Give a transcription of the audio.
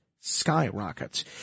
Skyrockets